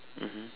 mmhmm